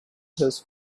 his